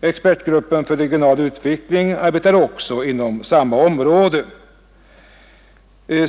Expertgruppen för regional utredningsverksamhet arbetar också inom samma område.